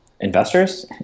investors